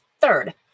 Third